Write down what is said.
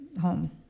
home